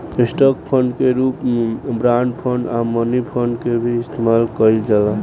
stock fund के रूप में बॉन्ड फंड आ मनी फंड के भी इस्तमाल कईल जाला